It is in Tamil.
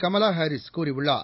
கமலாஹாரிஸ் கூறியுள்ளார்